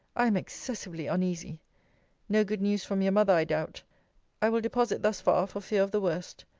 i am excessively uneasy no good news from your mother, i doubt i will deposit thus far, for fear of the worst.